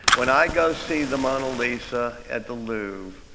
when i go see the mona lisa at the louvre,